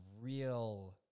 real